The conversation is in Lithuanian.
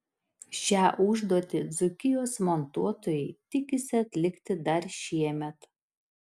šią užduotį dzūkijos montuotojai tikisi atlikti dar šiemet